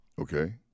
Okay